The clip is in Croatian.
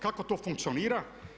Kako to funkcionira?